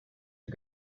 are